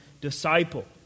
disciple